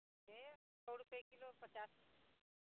सेब सए रुपैए किलो पचास रुपैए किलो